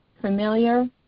Familiar